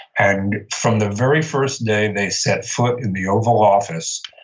and from the very first day they set foot in the oval office,